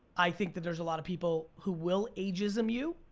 i think that there's a lot of people who will ageism you,